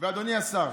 אדוני השר,